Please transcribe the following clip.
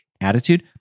attitude